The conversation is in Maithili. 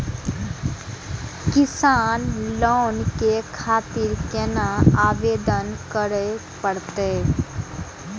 किसान लोन के खातिर केना आवेदन करें परतें?